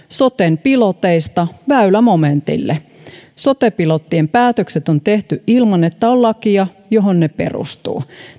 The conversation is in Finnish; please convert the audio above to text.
soten piloteista väylämomentille sote pilottien päätökset on tehty ilman että on lakia johon ne perustuvat